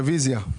רביזיה.